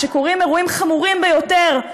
כשקורים אירועים חמורים ביותר,